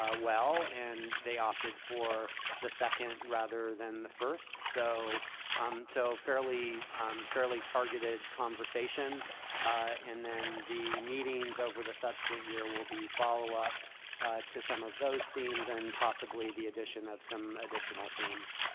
ah well. and they opted for the second rather than the first. so um so fairly fairly targeted conversation and then the meetings over the subsequent year will be follow-up to some of those themes and possibly the addition of some additional themes.